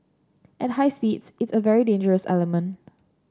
at high speeds it's a very dangerous element